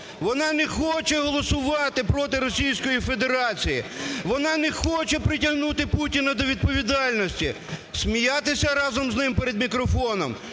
Вона не хоче голосувати проти Російської Федерації. Вона не хоче притягнути Путіна до відповідальності. Сміятися разом з ним перед мікрофоном